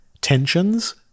tensions